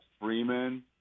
Freeman